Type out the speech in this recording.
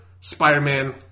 Spider-Man